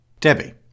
Debbie